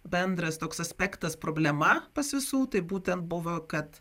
bendras toks aspektas problema pas visų tai būtent buvo kad